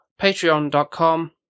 patreon.com